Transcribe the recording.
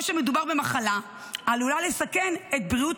או שמדובר במחלה העלולה לסכן את בריאות